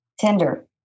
Tinder